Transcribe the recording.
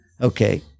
Okay